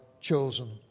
chosen